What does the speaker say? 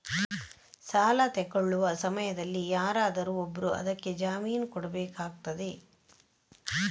ಸಾಲ ತೆಗೊಳ್ಳುವ ಸಮಯದಲ್ಲಿ ಯಾರಾದರೂ ಒಬ್ರು ಅದಕ್ಕೆ ಜಾಮೀನು ಕೊಡ್ಬೇಕಾಗ್ತದೆ